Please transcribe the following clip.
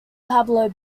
pablo